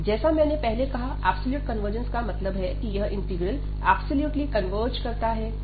जैसा मैंने पहले कहा एब्सोल्यूट कन्वर्जेन्स का मतलब है की यह इंटीग्रल ऐब्सोल्युटली कन्वर्ज करता है